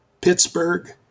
Pittsburgh